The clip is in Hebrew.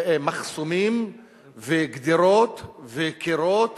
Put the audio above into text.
מחסומים וגדרות וקירות